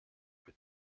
with